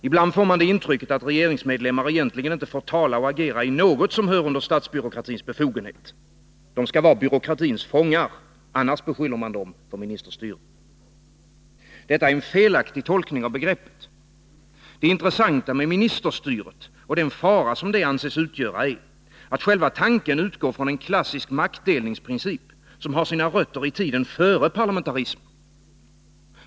Ibland får man det intrycket att regeringsmedlemmar egentligen inte får tala och agera i något som hör under statsbyråkratins befogenhet. De skall vara byråkratins fångar, annars beskyller man dem för ministerstyre. Detta är en felaktig tolkning av begreppet. Det intressanta med ministerstyret och den fara som det anses utgöra är, att själva tanken utgår från en klassisk maktdelningsprincip, som har sina rötter i tiden före parlamentarismen.